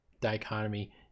dichotomy